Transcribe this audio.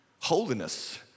holiness